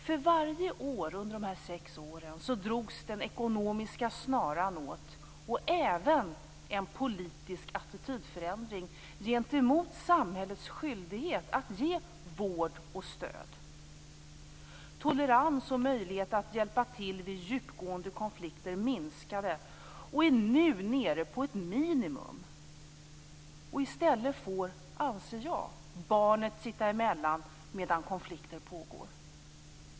För varje år under de sex åren drogs den ekonomiska snaran åt, och det blev även en politisk attitydförändring gentemot samhällets skyldighet att ge vård och stöd. Toleransen och möjligheter att hjälpa till vid djupgående konflikter minskade och är nu nere på ett minimum. I stället får, anser jag, barnet sitta emellan medan konflikten pågår.